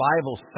Bible